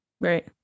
right